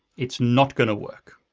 it's not gonna work.